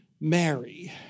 Mary